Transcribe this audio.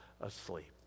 asleep